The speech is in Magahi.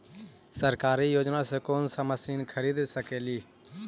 सरकारी योजना से कोन सा मशीन खरीद सकेली?